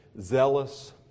zealous